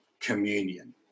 communion